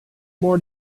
more